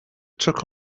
took